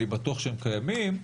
אני בטוח שהם קיימים.